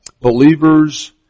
believer's